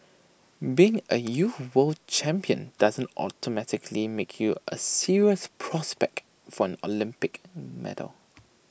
being A youth world champion doesn't automatically make you A serious prospect for an Olympic medal